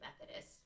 Methodist